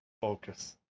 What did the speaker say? focus